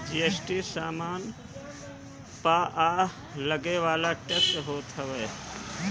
GST सामान पअ लगेवाला टेक्स होत हवे